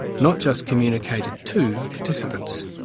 not just communicated to participants.